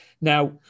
now